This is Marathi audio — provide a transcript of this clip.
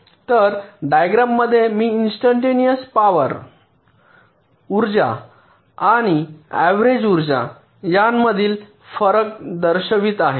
तर डायग्राम मध्ये मी इन्स्टंटनेअस पॉवर उर्जा आणि अव्हरेज उर्जा यामधील फरक दर्शवित आहे